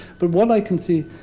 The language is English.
but what i can see,